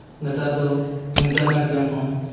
ᱱᱮᱛᱟᱨ ᱫᱚ internet game ᱦᱚᱸ